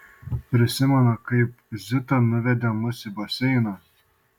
prisimenu kaip zita nuvedė mus į baseiną